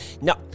No